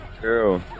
True